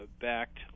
backed